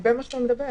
לגבי מה שאתה מדבר.